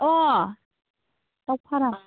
अह दाउ फार्म